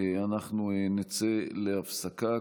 אנחנו נצא להפסקה,